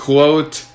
Quote